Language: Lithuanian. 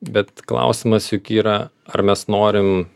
bet klausimas juk yra ar mes norim